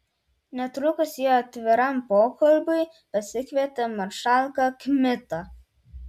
netrukus ji atviram pokalbiui pasikvietė maršalką kmitą